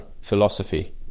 philosophy